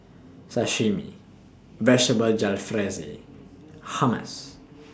Sashimi Vegetable Jalfrezi Hummus